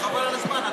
חבל על הזמן.